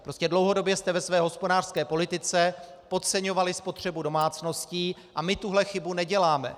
Prostě dlouhodobě jste ve své hospodářské politice podceňovali spotřebu domácností a my tuhle chybu neděláme.